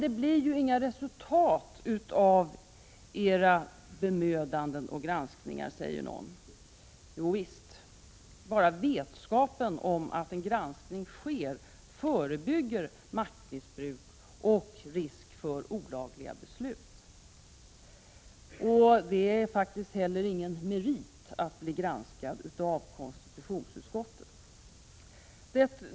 Det blir ju inga resultat av era bemödanden och granskningar, säger någon. Jo visst, bara vetskapen om att en granskning sker förebygger maktmissbruk och risk för olagliga beslut. Det är faktiskt heller ingen merit att bli granskad av konstitutionsutskottet.